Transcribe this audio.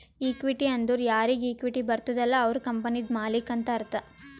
equity ಅಂದುರ್ ಯಾರಿಗ್ equity ಬರ್ತುದ ಅಲ್ಲ ಅವ್ರು ಕಂಪನಿದು ಮಾಲ್ಲಿಕ್ ಅಂತ್ ಅರ್ಥ